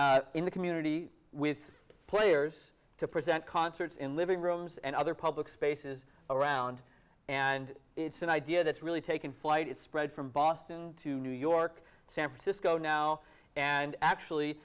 in the community with players to present concerts in living rooms and other public spaces around and it's an idea that's really taken flight it's spread from boston to new york san francisco now and actually